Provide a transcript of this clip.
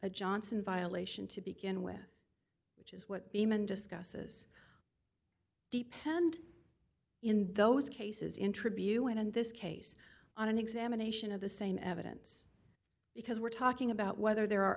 a johnson violation to begin with which is what eamon discusses depend in those cases in tribune in this case on an examination of the same evidence because we're talking about whether there are